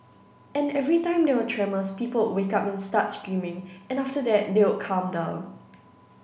and every time there were tremors people wake up and start screaming and after that they'll calm down